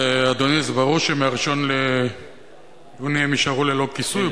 אדוני, זה ברור שמ-1 ביוני הם יישארו ללא כיסוי.